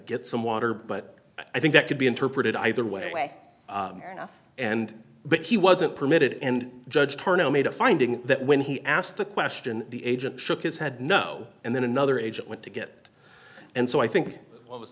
get some water but i think that could be interpreted either way and but he wasn't permitted and judge her no made a finding that when he asked the question the agent shook his head no and then another agent went to get it and so i think what was